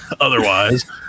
otherwise